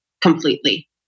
completely